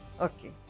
Okay